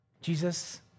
Jesus